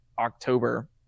October